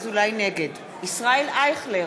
נגד ישראל אייכלר,